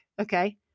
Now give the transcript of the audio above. okay